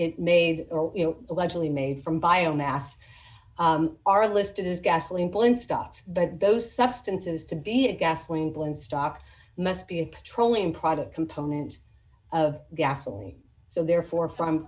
it made allegedly made from biomass are listed as gasoline plane stopped but those substances to be a gasoline blend stocks must be a petroleum product component of gasoline so therefore from